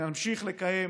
נמשיך לקיים